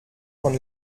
von